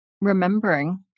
remembering